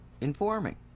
informing